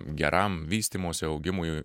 geram vystymosi augimui